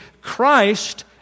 Christ